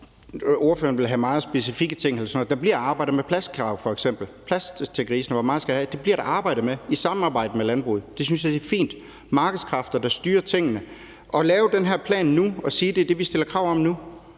altså hvor meget plads grisene skal have. Det bliver der arbejdet med i samarbejde med landbruget. Det synes jeg er fint, altså at det er markedskræfter, der styrer tingene. At lave den her plan nu og sige, at det er det, vi stiller krav om nu,